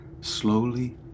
slowly